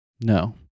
no